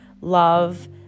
love